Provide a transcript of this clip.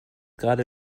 gerade